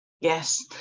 yes